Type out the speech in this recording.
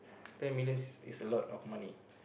ten million is is a lot of money